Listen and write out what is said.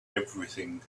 everything